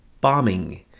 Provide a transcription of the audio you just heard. bombing